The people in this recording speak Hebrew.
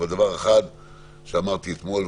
אבל דבר אחד שאמרתי אתמול,